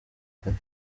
kane